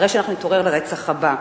אנחנו נתעורר לרצח הבא.